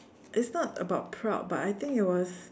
it's not about proud but I think it was